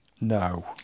No